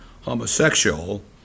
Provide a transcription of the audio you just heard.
homosexual